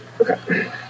Okay